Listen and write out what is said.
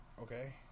Okay